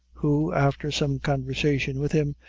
who, after some conversation with him,